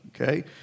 okay